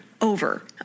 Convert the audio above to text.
over